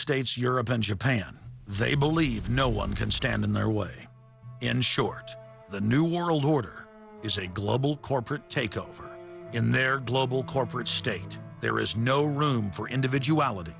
states europe and japan they believe no one can stand in their way in short the new world order is a global corporate takeover in their global corporate state there is no room for individuality